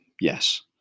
yes